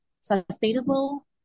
sustainable